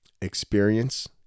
experience